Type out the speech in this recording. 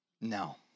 No